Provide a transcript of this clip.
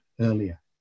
earlier